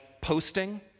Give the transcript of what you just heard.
posting